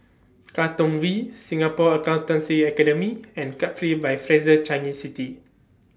Katong V Singapore Accountancy Academy and Capri By Fraser Changi City